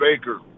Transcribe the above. Baker